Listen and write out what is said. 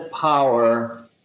power